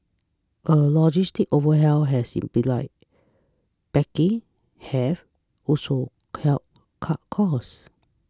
a logistics over hell has simplified packing have also helped cut costs